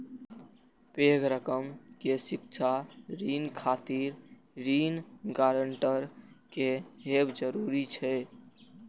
पैघ रकम के शिक्षा ऋण खातिर ऋण गारंटर के हैब जरूरी छै